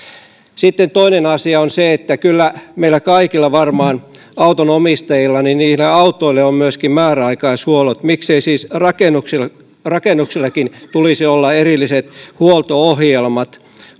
toinen asia on se että kyllä meillä kaikilla autonomistajilla varmaan on niille autoille määräaikaishuollot miksei siis rakennuksillakin rakennuksillakin tulisi olla erilliset huolto ohjelmat